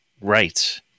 Right